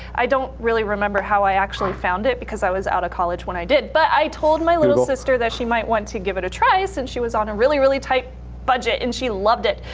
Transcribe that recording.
i don't really remember how i actually found it, because i was out of college when i did. but i told my little sister that she might want to give it a try, since she was on a really, really tight budget. and she loved it.